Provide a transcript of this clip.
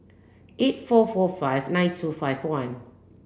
eight four four five nine two five one